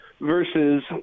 versus